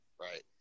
right